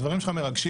הדברים שלך מרגשים.